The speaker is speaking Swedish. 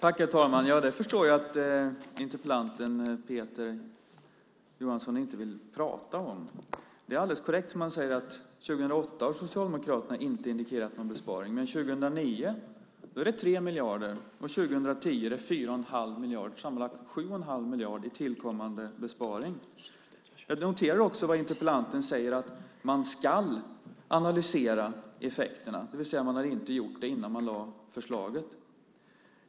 Herr talman! Jag förstår att Peter Jonsson inte vill prata om det. Det är korrekt som han säger. År 2008 har Socialdemokraterna inte indikerat någon besparing, men 2009 är det 3 miljarder och 2010 är det 4 1⁄2 miljard, alltså sammanlagt 7 1⁄2 miljard i tillkommande besparing. Jag noterar också att interpellanten säger att man ska analysera effekterna, det vill säga att man inte har gjort det innan man lade fram förslaget.